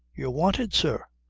you are wanted, sir!